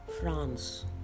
France